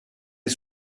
est